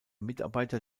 mitarbeiter